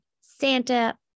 Santa